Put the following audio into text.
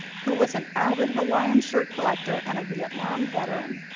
who was an avid hawaiian shirt collector and a vietnam veteran.